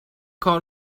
کار